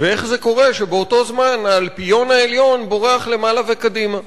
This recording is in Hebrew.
ואיך קורה שבאותו זמן האלפיון העליון בורח למעלה וקדימה.